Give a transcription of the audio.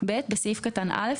(ב)בסעיף קטן (א),